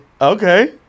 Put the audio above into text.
Okay